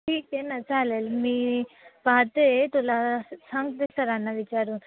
ठीक आहे ना चालेल मी पाहते तुला सांगते सरांना विचारून